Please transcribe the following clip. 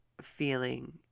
feeling